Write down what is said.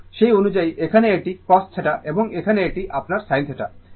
সুতরাং সেই অনুযায়ী এখানে এটি cos θ এবং এখানে এটি আপনার sin θ